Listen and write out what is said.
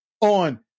on